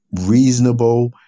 reasonable